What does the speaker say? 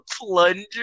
plunger